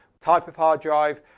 type of hard drive,